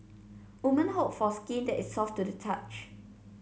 women hope for skin that is soft to the touch